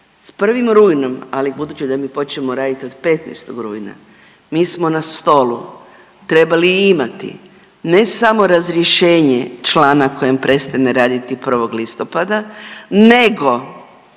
s 1. rujnom, ali budući da mi počinjemo raditi od 15. rujna, mi smo na stolu trebali imati, ne samo razrješenje člana kojem prestane raditi 1. listopada nego